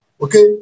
Okay